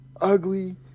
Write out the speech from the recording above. ugly